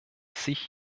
sich